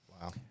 wow